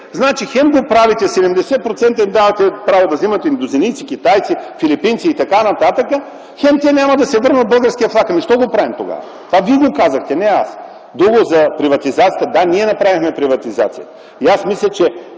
Значи хем го правите, давате им 70% право да взимат индонезийци, китайци, филипинци и т.н., хем те няма да си върнат българския флаг. Защо го правим тогава? Това Вие го казахте, не – аз. Друго – за приватизацията. Да, ние направихме приватизацията. Аз мисля, че